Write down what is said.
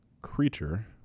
creature